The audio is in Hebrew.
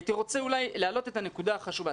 הייתי רוצה להעלות נקודה חשובה.